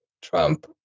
Trump